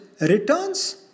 returns